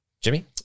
Jimmy